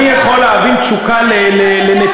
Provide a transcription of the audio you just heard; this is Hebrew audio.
אני יכול להבין תשוקה לנטיעה.